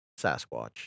Sasquatch